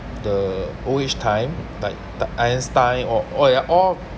the old age time like the einstein or or oh yeah all